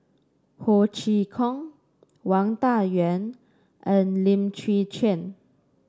Ho Chee Kong Wang Dayuan and Lim Chwee Chian